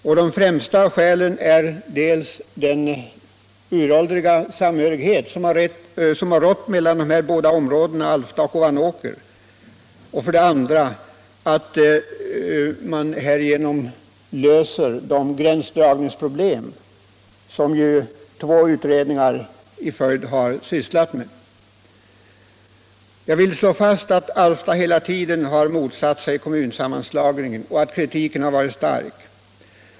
Ett av motiven är den uråldriga samhörighet som har rått mellan de här båda områdena, Alfta och Ovanåker, ett annat är att man härigenom löser de gränsdragningsproblem som två utredningar i följd har sysslat med. Jag vill slå fast att Alfta hela tiden har motsatt sig kommunsammanslagningen och att kritiken har varit stark.